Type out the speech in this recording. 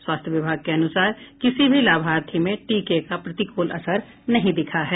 स्वास्थ्य विभाग के अनुसार किसी भी लाभार्थी में टीके का प्रतिकूल असर नहीं दिखा है